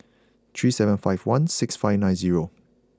three seven five one six five nine zero